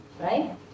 Right